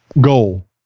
goal